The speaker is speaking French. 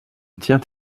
tient